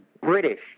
British